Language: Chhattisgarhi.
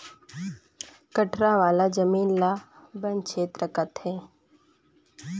कठरा वाला जमीन ल बन छेत्र कहथें